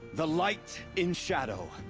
the light. in shadow.